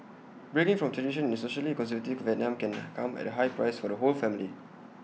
breaking from tradition in socially conservative Vietnam can come at A high price for the whole family